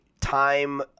time